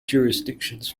jurisdictions